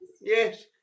Yes